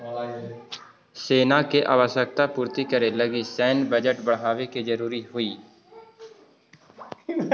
सेना के आवश्यकता पूर्ति करे लगी सैन्य बजट बढ़ावे के जरूरी हई